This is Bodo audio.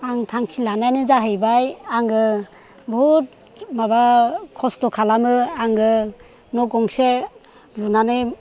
आं थांखि लानायानो जाहैबाय आङो बहुद माबा खस्त' खालामो आङो न' गंसे लुनानै